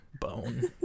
bone